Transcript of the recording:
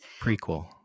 Prequel